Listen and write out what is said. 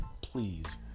please